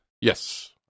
yes